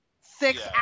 six